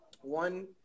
One